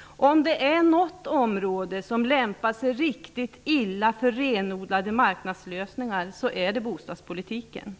Om det är något område som lämpar sig riktigt illa för renodlade marknadslösningar så är det bostadspolitiken.